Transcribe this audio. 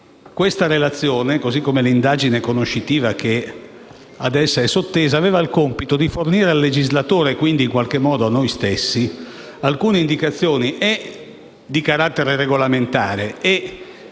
in esame, così come l'indagine conoscitiva ad essa sottesa avevano il compito di fornire al legislatore (quindi, in qualche modo, a noi stessi) alcune indicazioni di carattere regolamentare e,